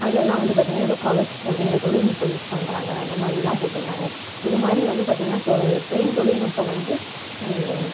அதுலெல்லாம் வந்து பார்த்திங்கனா ஏதோ கவச் அப்படிங்கற தொழில்நுட்பம் யூஸ் பண்ணுறாங்க அந்த மாதிரில்லாம் போட்டுருந்தாங்க இது மாதிரி வந்து பார்த்திங்கனா தொ ட்ரெயின் தொழில்நுட்பம் வந்து